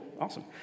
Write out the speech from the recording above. awesome